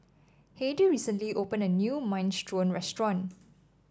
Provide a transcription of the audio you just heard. Heidy recently opened a new Minestrone restaurant